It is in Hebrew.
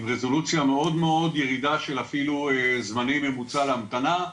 עם רזולוציה מאוד מאוד ירידה של אפילו זמני ממוצע להמתנה,